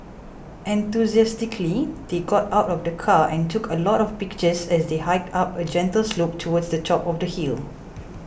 enthusiastically they got out of the car and took a lot of pictures as they hiked up a gentle slope towards the top of the hill